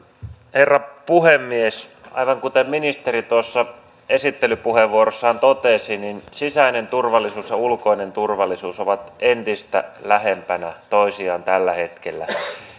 herra puhemies aivan kuten ministeri tuossa esittelypuheenvuorossaan totesi sisäinen turvallisuus ja ulkoinen turvallisuus ovat entistä lähempänä toisiaan tällä hetkellä